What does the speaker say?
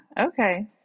okay